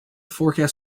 forecast